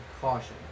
caution